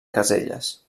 caselles